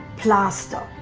plaster,